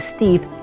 Steve